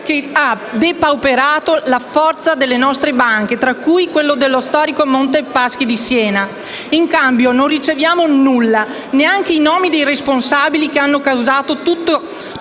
che ha depauperato la forza delle nostre banche, tra cui quella dello storico Monte dei Paschi di Siena. In cambio non riceviamo nulla, neanche i nomi dei responsabili che hanno causato tutto